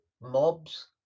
mobs